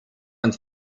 und